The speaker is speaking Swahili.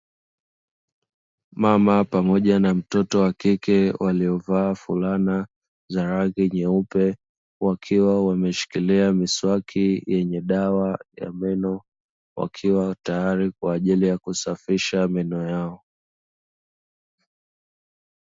Mama pamoja na mtoto wa kike waliovaa fulana za rangi nyeupe, wakiwa wameshikilia miswaki yenye dawa ya meno, wakiwa tayari kwa ajili ya kusafisha meno yao.